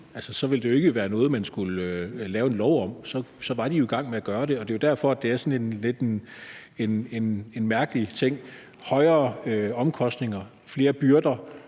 Så ville det ikke være noget, man skulle vedtage en lov om, for så var de jo i gang med at gøre det. Det er derfor, det er sådan lidt en mærkelig ting, at højere omkostninger og flere byrder